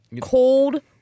Cold